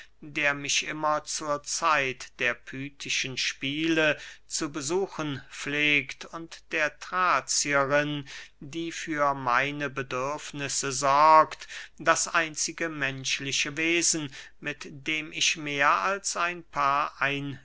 der mich immer zur zeit der pythischen spiele zu besuchen pflegt und der thrazierin die für meine bedürfnisse sorgt das einzige menschliche wesen mit dem ich mehr als ein paar